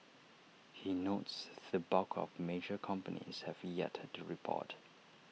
he notes the bulk of major companies have yet to report